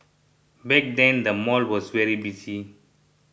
back then the mall was very busy